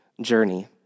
journey